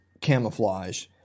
camouflage